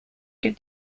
get